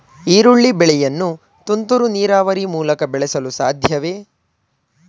ಈರುಳ್ಳಿ ಬೆಳೆಯನ್ನು ತುಂತುರು ನೀರಾವರಿ ಮೂಲಕ ಬೆಳೆಸಲು ಸಾಧ್ಯವೇ?